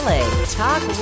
Talk